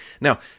now